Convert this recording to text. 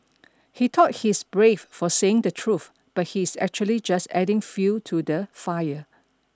he thought he's brave for saying the truth but he's actually just adding fuel to the fire